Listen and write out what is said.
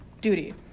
duty